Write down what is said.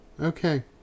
okay